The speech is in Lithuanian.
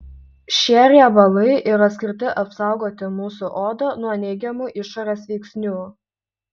šie riebalai yra skirti apsaugoti mūsų odą nuo neigiamų išorės veiksnių